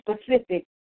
specific